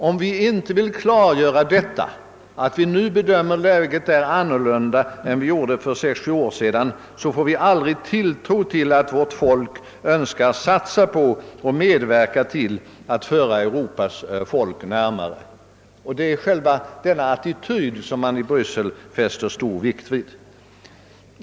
Om vi inte vill klargöra att vi nu bedömer läget annorlunda än vi gjorde för 6—7 år sedan, vinner vi aldrig tilltro till att vårt folk önskar satsa på och medverka till att föra Europas folk närmare varandra. Det är själva denna attityd som man i Bryssel fäster stor vikt vid.